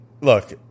Look